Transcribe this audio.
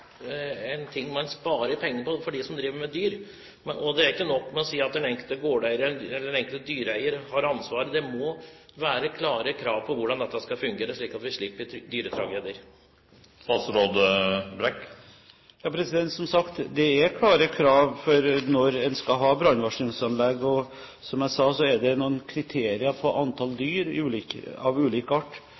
en brann. Som jeg har sagt tidligere: Økonomien i landbruket er så som så, og da er kanskje dette noe de som driver med dyr, sparer penger på. Det er ikke nok å si at den enkelte gårdeier eller den enkelte dyreeier har ansvaret, det må være klare krav for hvordan dette skal fungere, slik at vi slipper dyretragedier. Som sagt: Det er klare krav for når en skal ha brannvarslingsanlegg. Og som jeg sa, er det noen kriterier for antall dyr av ulik art